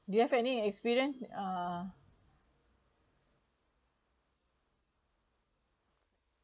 do you have any experience uh